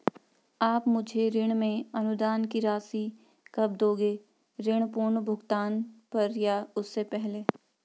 आप मुझे ऋण में अनुदान की राशि कब दोगे ऋण पूर्ण भुगतान पर या उससे पहले?